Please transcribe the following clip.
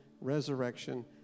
resurrection